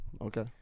Okay